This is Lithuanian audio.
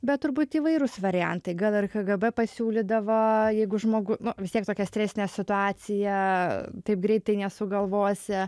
bet turbūt įvairūs variantai gal ir kgb pasiūlydavo jeigu žmogų vis tiek tokia stresinė situacija taip greitai nesugalvosi